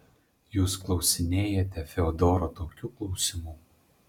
jūs klausinėjate fiodoro tokių klausimų